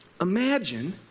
Imagine